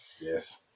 yes